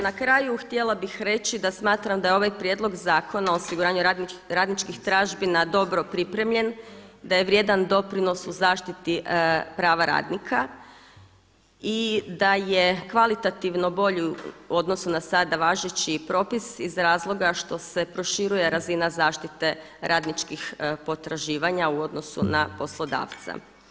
Na kraju htjela bih reći da smatram da je ovaj Prijedlog zakona o osiguranju radničkih tražbina dobro pripremljen, da je vrijedan doprinos u zaštiti prava radnika i da je kvalitativno bolji u odnosu na sada važeći propis iz razloga što se proširuje razina zaštite radničkih potraživanja u odnosu na poslodavca.